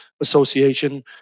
Association